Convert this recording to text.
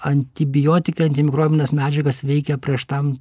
antibiotikai antimikrobines medžiagas veikia prieš tam